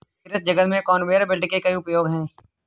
कृषि जगत में कन्वेयर बेल्ट के कई उपयोग हैं